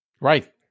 right